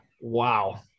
Wow